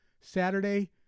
Saturday